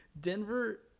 Denver